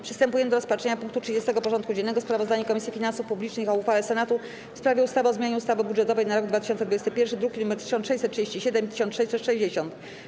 Przystępujemy do rozpatrzenia punktu 30. porządku dziennego: Sprawozdanie Komisji Finansów Publicznych o uchwale Senatu w sprawie ustawy o zmianie ustawy budżetowej na rok 2021 (druki nr 1637 i 1660)